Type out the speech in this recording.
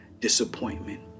disappointment